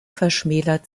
verschmälert